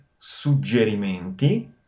suggerimenti